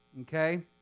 Okay